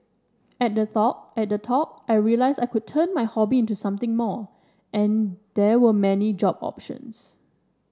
at the talk at the talk I realised I could turn my hobby into something more and there were many job options